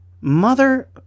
mother